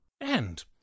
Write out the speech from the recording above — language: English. And